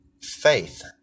faith